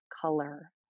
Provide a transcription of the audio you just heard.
color